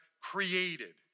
created